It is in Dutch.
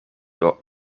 door